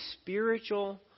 spiritual